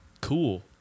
cool